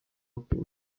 open